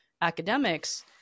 academics